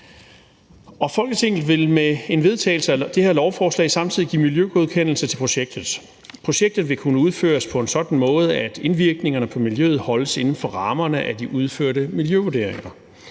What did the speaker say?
Folketinget vil med en vedtagelse af det her lovforslag samtidig give miljøgodkendelse til projektet. Projektet vil kunne udføres på en sådan måde, at indvirkningerne på miljøet holdes inden for rammerne af de udførte miljøvurderinger,